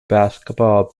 basketball